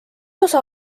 osa